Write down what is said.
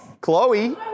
Chloe